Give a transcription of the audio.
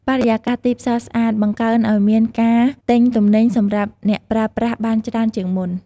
បរិយាកាសទីផ្សារស្អាត បង្កើនឲ្យមានការទិញទំនិញសម្រាប់អ្នកប្រើប្រាស់បានច្រើនជាងមុន។